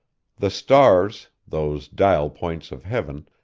the stars, those dial-points of heaven,